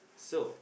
so